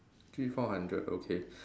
three four hundred okay